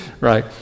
right